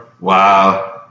Wow